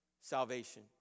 salvation